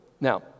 Now